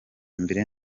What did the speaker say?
mbere